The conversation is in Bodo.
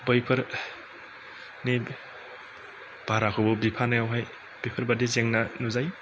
बैफोरनि भाराखौबो बिफानायाव हाय बेफोरबायदि जेंना नुजायो